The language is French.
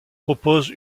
propose